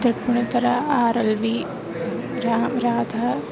Tripunithura R L V रा राधा